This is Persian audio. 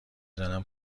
زنم